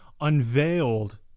unveiled